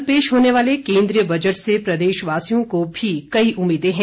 कल पेश होने वाले केन्द्रीय बजट से प्रदेशवासियों को भी कई उम्मीदें हैं